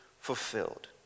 fulfilled